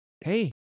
hey